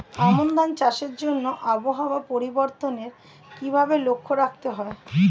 আমন ধান চাষের জন্য আবহাওয়া পরিবর্তনের কিভাবে লক্ষ্য রাখতে হয়?